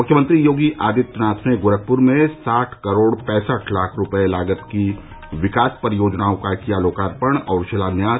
मुख्यमंत्री योगी आदित्यनाथ ने गोरखपूर में साठ करोड़ पैंसठ लाख रूपये लागत की विकास परियोजनाओं का किया लोकार्पण और शिलान्यास